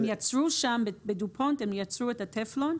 הם יצרו שם בדופונט את הטפלון,